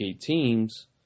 teams